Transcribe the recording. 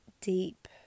deep